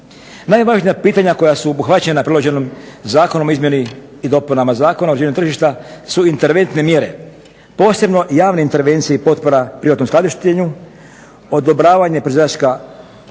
Najvažnija pitanja koja su obuhvaćena priloženim Zakonom o izmjeni i dopunama Zakona o uređenju tržišta su interventne mjere. Posebno javne intervencije i potpora privatnom skladištenju, odobravanje proizvođača